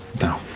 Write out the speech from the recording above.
No